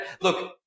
look